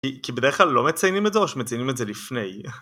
כי בדרך כלל לא מציינים את זה או שמציינים את זה לפני.